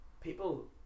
people